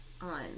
on